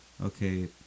okay